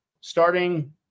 starting